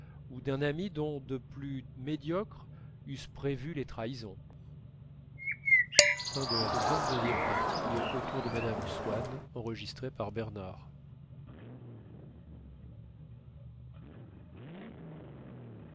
ou d'un ami dont de plus médiocres eussent prévu les trahisons